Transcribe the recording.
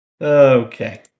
Okay